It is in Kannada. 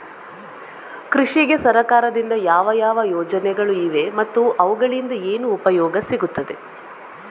ಕೃಷಿಗೆ ಸರಕಾರದಿಂದ ಯಾವ ಯಾವ ಯೋಜನೆಗಳು ಇವೆ ಮತ್ತು ಅವುಗಳಿಂದ ಏನು ಉಪಯೋಗ ಸಿಗುತ್ತದೆ?